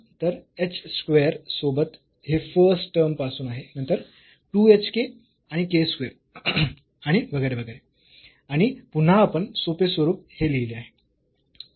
तर h square सोबत हे फर्स्ट टर्म पासून आहे नंतर 2hk आणि k स्क्वेअर आणि वगैरे वगैरे आणि पुन्हा आपण सोपे स्वरूप हे लिहले आहे